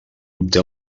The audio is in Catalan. obté